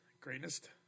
greatest